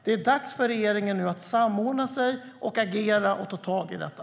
Det är dags för regeringen att samordna sig, agera och ta tag i detta.